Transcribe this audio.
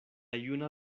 juna